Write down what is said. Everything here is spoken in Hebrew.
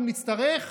אם נצטרך,